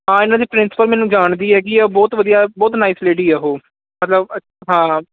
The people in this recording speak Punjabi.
ਹਾਂ ਇਹਨਾਂ ਦੀ ਪ੍ਰਿੰਸਪਲ ਮੈਨੂੰ ਜਾਣਦੀ ਹੈਗੀ ਆ ਬਹੁਤ ਵਧੀਆ ਬਹੁਤ ਨਾਈਸ ਲੇਡੀ ਆ ਉਹ ਮਤਲਬ ਅ ਹਾਂ